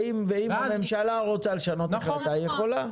ואם הממשלה רוצה לשנות היא יכולה.